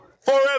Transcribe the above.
forever